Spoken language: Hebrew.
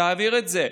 תעביר את זה.